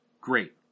great